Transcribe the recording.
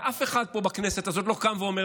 ואף אחד פה בכנסת הזאת לא קם ואומר,